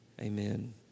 Amen